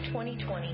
2020